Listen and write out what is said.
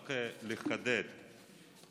רק לחדד,